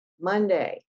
Monday